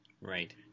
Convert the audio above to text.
Right